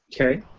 Okay